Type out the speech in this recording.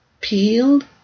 peeled